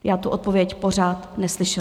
Já tu odpověď pořád neslyšela.